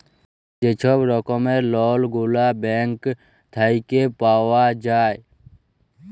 যে ছব রকমের লল গুলা ব্যাংক থ্যাইকে পাউয়া যায়